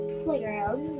playground